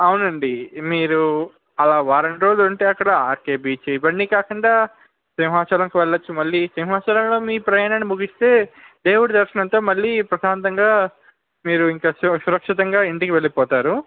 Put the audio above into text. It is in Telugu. అవును అండి మీరు అలా వారం రోజులు ఉంటే అక్కడ ఆర్కే బీచ్ ఇవి అన్నీ కాకుండా సింహాచలంకి వెళ్ళవచ్చు మళ్ళీ సింహాచలంలో మీ ప్రయాణాన్ని ముగిస్తే దేవుడు దర్శనంతో మళ్ళీ ప్రశాంతంగా మీరు ఇంకా సు సురక్షితంగా ఇంటికి వెళ్ళిపోతారు